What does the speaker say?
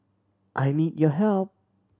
I need your help